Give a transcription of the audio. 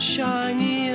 Shiny